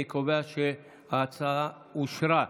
אני קובע שההצעה אושרה.